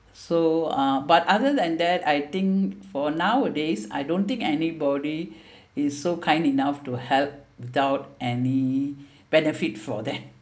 so uh but other than that I think for nowadays I don't think anybody is so kind enough to help without any benefit for them